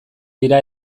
dira